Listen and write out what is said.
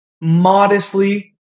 modestly